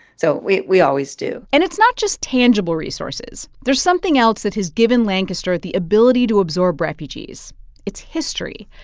so we we always do and it's not just tangible resources. there's something else that has given lancaster the ability to absorb refugees its history.